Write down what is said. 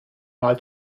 mal